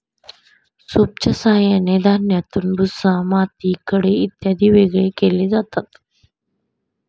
सूपच्या साहाय्याने धान्यातून भुसा, माती, खडे इत्यादी वेगळे केले जातात